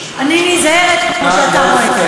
אני נזהרת, כמו שאתה רואה.